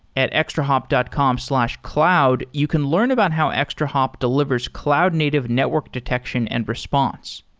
at extrahop dot com slash cloud, you can learn about how extrahop delivers cloud-native network detection and response.